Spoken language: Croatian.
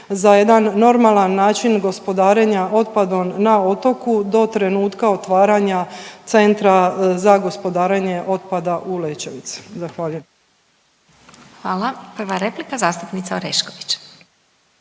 za jedan normalan način gospodarenja otpadom na otoku do trenutka otvaranja Centra za gospodarenje otpada u Lećevici. Zahvaljujem. **Glasovac, Sabina (SDP)** Hvala. Prva replika zastupnica Orešković.